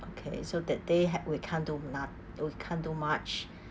okay so that day had we can't do muc~ we can't do much